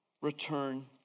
return